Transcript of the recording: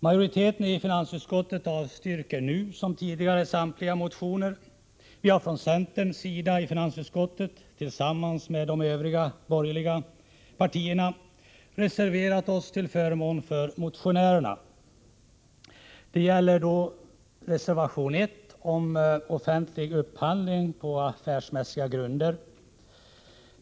Majoriteten i finagsutskottet avstyrker nu som tidigare samtliga motioner. Vi har från centerns sida i finansutskottet tillsammans med de övriga borgerliga partierna reserverat oss till förmån för motionerna. Detta framkommer i reservation 1 om offentlig upphandling på affärsmässiga grunder.